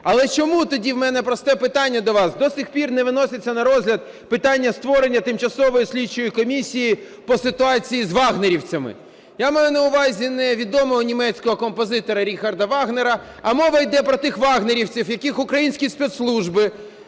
Але чому тоді, у мене просте питання до вас, до сих пір не виноситься на розгляд питання створення тимчасової слідчої комісії по ситуації з "вагнерівцями"? Я маю на увазі не відомого німецького композитора Ріхарда Вагнера, а мова іде про тих "вагнерівців", яких українські спецслужби